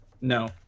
No